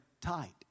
tight